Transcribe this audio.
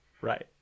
Right